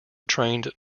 trained